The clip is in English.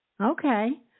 Okay